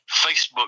Facebook